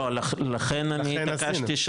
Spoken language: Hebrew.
לכן אני התעקשתי,